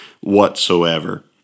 whatsoever